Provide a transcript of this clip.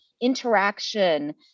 interaction